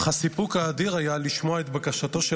אך הסיפוק האדיר היה לשמוע את בקשתו של